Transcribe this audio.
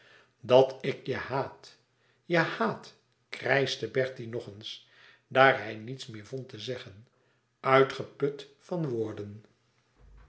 dat ik je haat je hàat krijschte bertie nog eens daar hij niets meer vond te zeggen uitgeput van woorden